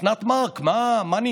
אוסנת מארק, מה נהיה?